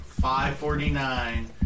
$5.49